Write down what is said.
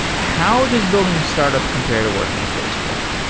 how does building a startup compare to working at facebook?